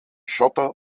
schotter